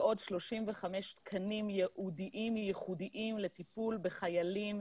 ועוד 35 תקנים ייעודיים ייחודיים לטיפול בחיילים.